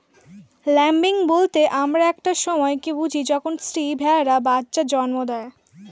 lambing বলতে আমরা একটা সময় কে বুঝি যখন স্ত্রী ভেড়ারা বাচ্চা জন্ম দেয়